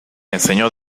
enseñó